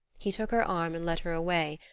he took her arm and led her away,